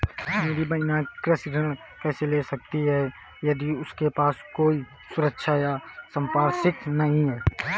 मेरी बहिन कृषि ऋण कैसे ले सकती है यदि उसके पास कोई सुरक्षा या संपार्श्विक नहीं है?